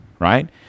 right